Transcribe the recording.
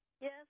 Yes